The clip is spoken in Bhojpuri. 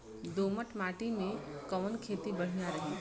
दोमट माटी में कवन खेती बढ़िया रही?